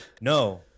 No